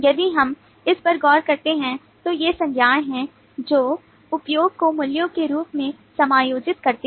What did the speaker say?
यदि हम इस पर गौर करते हैं तो ये संज्ञाएं हैं जो उपयोग को मूल्यों के रूप में समायोजित करती हैं